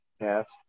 Yes